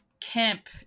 Camp